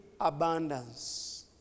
abundance